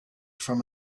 from